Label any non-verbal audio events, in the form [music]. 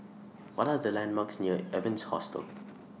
What Are The landmarks near Evans Hostel [noise]